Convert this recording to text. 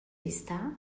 está